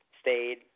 stayed